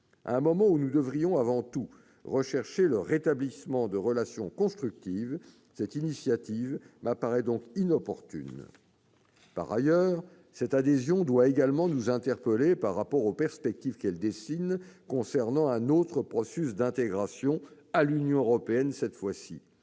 À un moment où nous devrions avant tout chercher le rétablissement de relations constructives, cette initiative me paraît donc particulièrement inopportune. Par ailleurs, cette adhésion doit également nous interpeller du point de vue des perspectives qu'elle dessine concernant un autre processus d'intégration, l'adhésion à l'Union européenne. En effet,